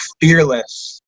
fearless